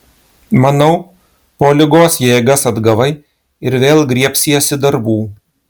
manau po ligos jėgas atgavai ir vėl griebsiesi darbų